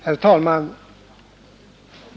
Herr talman!